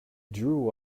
drew